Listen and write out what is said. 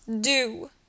do